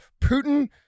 Putin